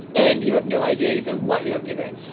and you have no idea even what you're eating.